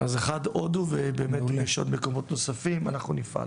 אז אחד הודו, ואם יש מקומות נוספים אנחנו נפעל.